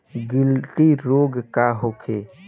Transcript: गिल्टी रोग का होखे?